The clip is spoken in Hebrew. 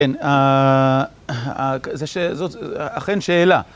כן, זאת אכן שאלה.